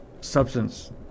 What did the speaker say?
substance